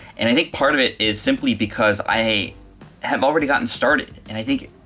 and i think part of it is simply because i have already gotten started, and i think,